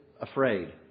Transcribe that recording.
afraid